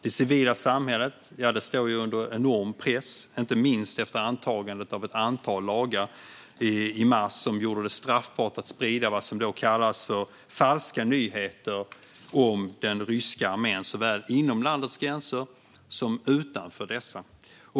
Det civila samhället står under en enorm press, inte minst efter antagandet av ett antal lagar i mars som gjorde det straffbart att sprida vad som då kallades för falska nyheter om den ryska armén såväl inom landets gränser som utanför dessa.